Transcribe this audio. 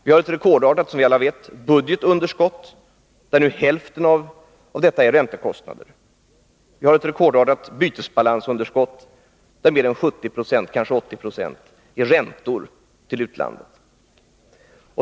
Vi har som alla vet ett rekordartat budgetunderskott, där inemot hälften består av räntekostnader. Vi har ett rekordartat bytesbalansunderskott, där mer än 70 90 — kanske 80 26 — är räntor till utlandet.